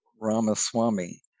Ramaswamy